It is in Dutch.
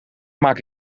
maak